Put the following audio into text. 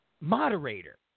moderator